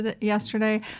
yesterday